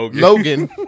Logan